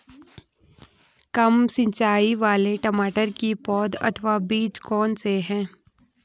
कम सिंचाई वाले टमाटर की पौध अथवा बीज कौन से हैं?